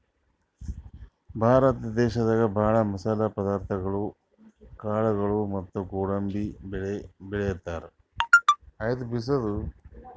ಭಾರತ ದೇಶದಾಗ ಭಾಳ್ ಮಸಾಲೆ ಪದಾರ್ಥಗೊಳು ಕಾಳ್ಗೋಳು ಮತ್ತ್ ಗೋಡಂಬಿ ಬೆಳಿ ಬೆಳಿತಾರ್